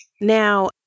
Now